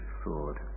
sword